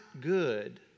good